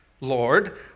Lord